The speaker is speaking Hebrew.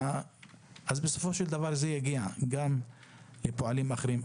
אז בסופו של דבר זה יגיע גם לפועלים אחרים.